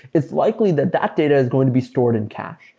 it's likely that that data is going to be stored in cache.